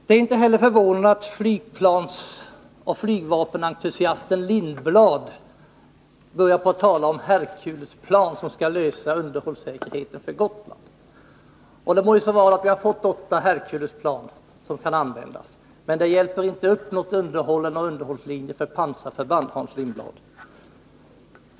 Det är inte heller förvånande att flygplansoch flygvapenentusiasten Lindblad börjar tala om att man med Herculesplan skall lösa frågan om underhållssäkerheten för Gotland. Det må så vara att vi har fått åtta Herculesplan som kan användas för detta, men det hjälper inte upp situationen så att vi får något underhåll eller någon underhållslinje för pansarförband, Hans Lindblad.